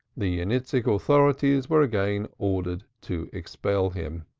the yeniseisk authorities were again ordered to expel him.